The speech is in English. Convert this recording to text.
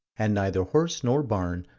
and neither horse nor barn,